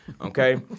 okay